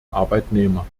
arbeitnehmer